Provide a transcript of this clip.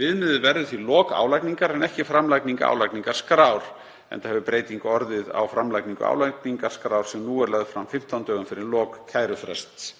Viðmiðið verður því lok álagningar en ekki framlagning álagningarskrár enda hefur breyting orðið á framlagningu álagningarskrár sem nú er lögð fram 15 dögum fyrir lok kærufrests,